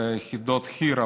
ליחידות חי"ר,